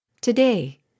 Today